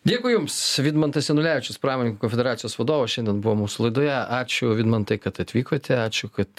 dėkui jums vidmantas janulevičius pramonininkų konfederacijos vadovas šiandien buvo mūsų laidoje ačiū vidmantai kad atvykote ačiū kad